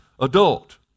adult